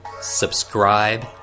subscribe